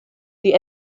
die